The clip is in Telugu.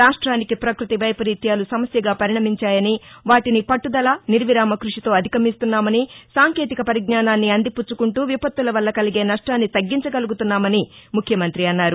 రాష్టానికి ప్రక్బతి వైపరీత్యాలు సమస్యగా పరిణమించాయని వాటిని పట్టుదల నిర్విరామ కృషితో అధిగమిస్తున్నామని సాంకేతిక పరిజ్ఞానాన్ని అందిపుచ్చుకుంటూ విపత్తుల వల్ల కలిగే నష్టాన్ని తగ్గించ గలుగుతున్నామని ముఖ్యమంతి అన్నారు